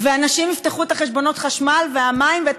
אנשים יפתחו את חשבונות החשמל והמים ואת